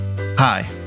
Hi